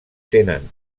tenen